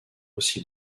aussi